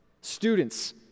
Students